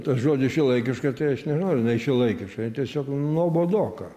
tas žodis šiuolaikiška tai aš nežinau ar jinai šiuolaikiška ji tiesiog nuobodoka